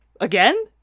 again